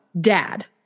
Dad